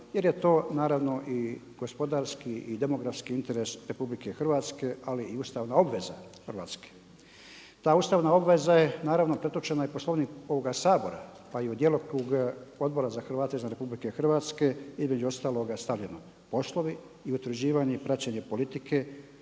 jer to naravno i gospodarski i demografski interes RH ali i ustavna obveza Hrvatske. Ta ustavna obveza je naravno pretočena i u Poslovnik ovoga Sabora pa i u djelokrug Odbora za Hrvate izvan RH, između ostaloga stavljenog poslovi i utvrđivanje i praćenje politike.